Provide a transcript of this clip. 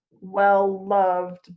well-loved